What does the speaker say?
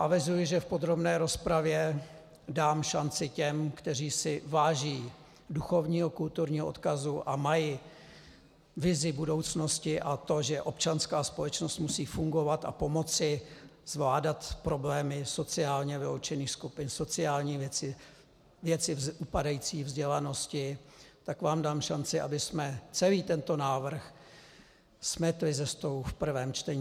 Avizuji, že v podrobné rozpravě dám šanci těm, kteří si váží duchovního kulturního odkazu a mají vizi budoucnosti a toho, že občanská společnost musí fungovat a pomoci zvládat problémy sociálně vyloučených skupin, sociální věci, věci upadající vzdělanosti, tak vám dám šanci, abychom celý tento návrh smetli ze stolu v prvém čtení.